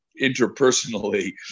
interpersonally